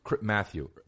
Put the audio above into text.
Matthew